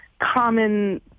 common